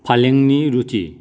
फालेंनि रुथि